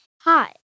Hi